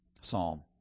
psalm